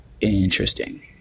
Interesting